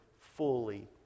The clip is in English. fully